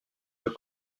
deux